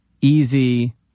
easy